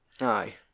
Aye